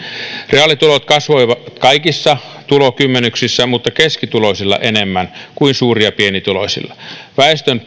reaalitulot kasvoivat kaikissa tulokymmenyksissä mutta keskituloisilla enemmän kuin suuri ja pienituloisilla väestön